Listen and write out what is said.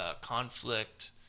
conflict